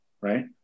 right